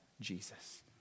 Jesus